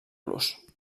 los